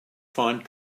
find